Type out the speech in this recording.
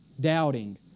doubting